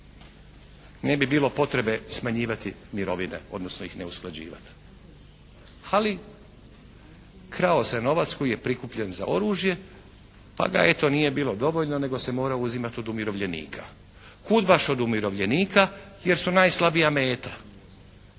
ne bi bilo potrebe smanjivati mirovine odnosno ih ne usklađivati, ali krao se novac koji je prikupljen za oružje pa ga eto nije bilo dovoljno nego se mora uzimati od umirovljenika. Kud baš od umirovljenika? Jer su najslabija meta.